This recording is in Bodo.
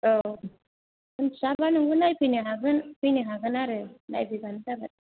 औ मोन्थियाबा नोंबो फैनो हागोन नायफैनो हागोन आरो नायफैबानो जाबाय